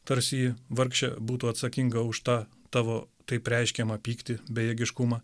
tarsi ji vargšė būtų atsakinga už tą tavo taip reiškiamą pyktį bejėgiškumą